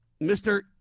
Mr